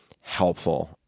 helpful